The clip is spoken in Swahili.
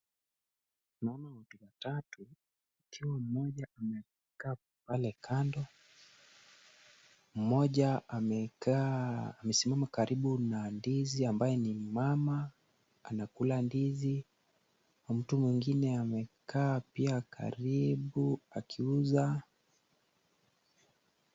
Naona watu watatu ikiwa mmoja amekaa pale kando. Mmoja amesimama karibu na ndizi ambaye ni mama. Anakula ndizi. Mtu mwingine amekaa pia karibu akiuza.